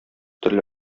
төрле